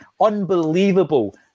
unbelievable